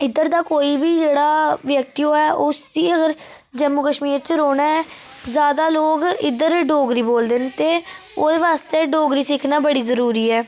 इद्धर दा कोई बी जेह्ड़ा व्यक्ति होऐ उस्सी अगर जम्मू कश्मीर च रौह्ना ऐ जैदा लोक इद्धर डोगरी बोलदे न ते ओह्दे बास्तै डोगरी सिक्खना बड़ी जरुरी ऐ